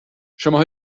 شماها